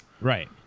Right